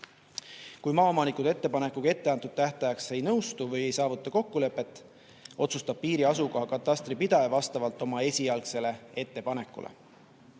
Kui maaomanikud ettepanekuga etteantud tähtajaks ei nõustu või ei saavuta kokkulepet, otsustab piiri asukoha katastripidaja vastavalt oma esialgsele ettepanekule.